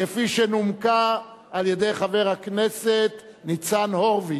כפי שנומקה על-ידי חבר הכנסת ניצן הורוביץ,